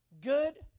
good